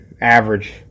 average